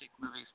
movies